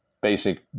basic